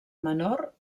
menor